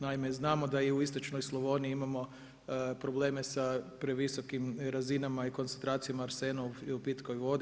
Naime, znamo da i u istočnoj Slavoniji imamo probleme sa previsokim razinama i koncentracijama arsena u pitkoj vodi.